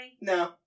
No